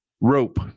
rope